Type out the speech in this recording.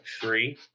three